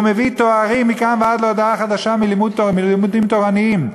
מביא תארים מכאן ועד להודעה חדשה מלימודים תורניים,